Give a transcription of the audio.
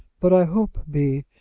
but i hope, b,